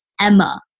Emma